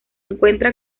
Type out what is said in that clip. encuentra